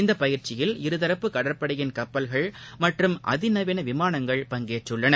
இந்தபயிற்சியில் இருதரப்பு கடற்படையின் கப்பல்கள் மற்றும் அதிநவீனவிமானங்கள் பங்கேற்றுள்ளன